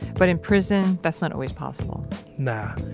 but, in prison, that's not always possible nah.